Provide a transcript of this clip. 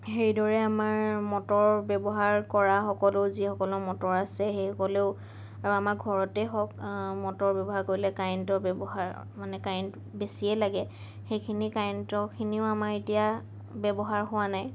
সেইদৰে আমাৰ মটৰ ব্যৱহাৰ কৰা সকলেও যিসকলৰ মটৰ আছে সেই সকলেও আৰু আমাৰ ঘৰতেই হওক মটৰ ব্যৱহাৰ কৰিলে কাৰেণ্টৰ ব্যৱহাৰ মানে কাৰেণ্ট বেছিয়েই লাগে সেইখিনি কাৰেণ্টৰখিনিও আমাৰ এতিয়া ব্যৱহাৰ হোৱা নাই